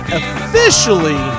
officially